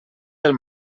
del